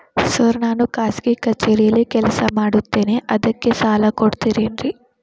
Sir ನಾನು ಖಾಸಗಿ ಕಚೇರಿಯಲ್ಲಿ ಕೆಲಸ ಮಾಡುತ್ತೇನೆ ಅದಕ್ಕೆ ಸಾಲ ಕೊಡ್ತೇರೇನ್ರಿ?